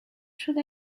should